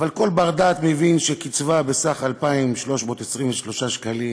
אבל כל בר-דעת מבין שקצבה בסך 2,323 שקלים